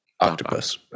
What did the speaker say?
Octopus